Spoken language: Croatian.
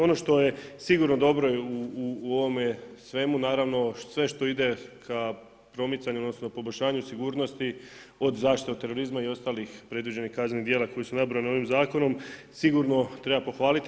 Ono što je sigurno dobro u ovome svemu sve što ide k promicanju odnosno poboljšanju sigurnosti od zaštite od terorizma i ostalih predviđenih kaznenih djela koja su nabrojana ovim zakonom sigurno treba pohvaliti.